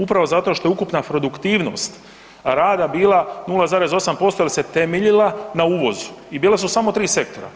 Upravo zato što ukupna produktivnost rada bila 0,8% jer se temeljila na uvozu i bila su samo tri sektora.